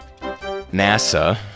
NASA